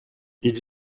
ils